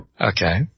Okay